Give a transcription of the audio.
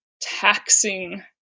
taxing